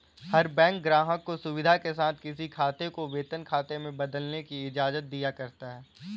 हर bank ग्राहक को सुविधा के साथ किसी खाते को वेतन खाते में बदलने की इजाजत दिया करता है